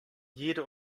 jede